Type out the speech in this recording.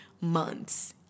months